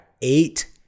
eight